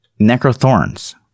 Necrothorns